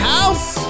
House